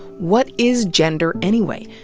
what is gender, anyway,